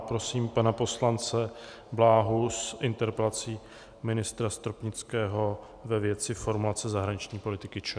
Prosím pana poslance Bláhu s interpelací ministra Stropnického ve věci formulace zahraniční politiky ČR.